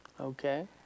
Okay